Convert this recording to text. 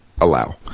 allow